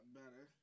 better